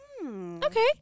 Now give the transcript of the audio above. Okay